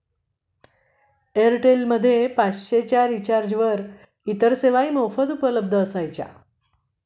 Airtel मध्ये पाचशे च्या रिचार्जवर इतर सेवाही मोफत उपलब्ध असायच्या